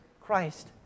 Christ